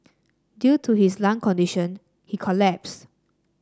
due to his lung condition he collapsed